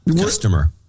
customer